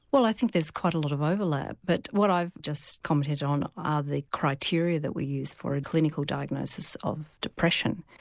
well i think there's quite a lot of overlap but what i've just commented on are the criteria that we use for a clinical diagnosis of depression.